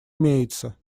имеется